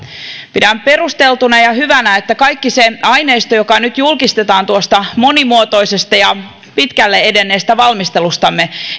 pidän perusteltuna ja hyvänä että kaikki se aineisto joka nyt julkistetaan tuosta monimuotoisesta ja pitkälle edenneestä valmistelustamme